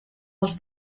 els